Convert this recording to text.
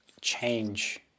change